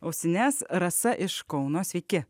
ausines rasa iš kauno sveiki